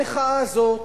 המחאה הזאת